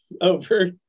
over